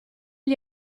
gli